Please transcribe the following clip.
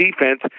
defense